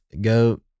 go